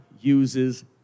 uses